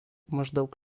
maždaug